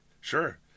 sure